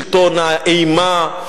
שלטון האימה,